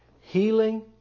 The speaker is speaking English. Healing